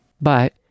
but-